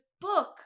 book